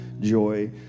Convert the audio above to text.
joy